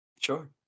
Sure